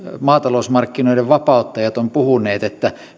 maatalousmarkkinoiden vapauttajat ovat puhuneet että